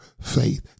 faith